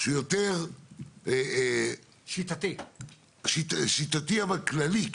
שהוא יותר שיטתי אבל כללי,